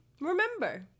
remember